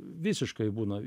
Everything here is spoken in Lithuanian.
visiškai būna